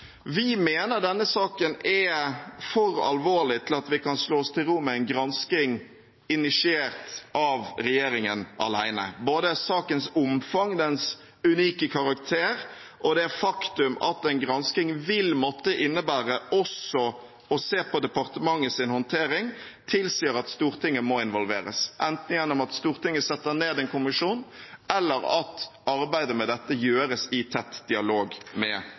Vi mener denne saken er for alvorlig til at vi kan slå oss til ro med en gransking initiert av regjeringen alene. Både sakens omfang, dens unike karakter og det faktum at en gransking vil måtte innebære også å se på departementets håndtering, tilsier at Stortinget må involveres, enten gjennom at Stortinget setter ned en kommisjon, eller at arbeidet med dette gjøres i tett dialog med